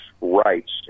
rights